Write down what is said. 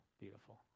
beautiful